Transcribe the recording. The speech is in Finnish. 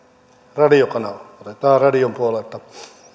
radiokanava otetaan radion puolelta